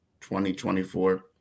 2024